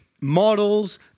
models